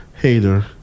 Hater